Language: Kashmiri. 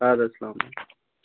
اَدٕ حظ السلامُ